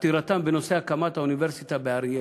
עתירתם בנושא הקמת האוניברסיטה באריאל.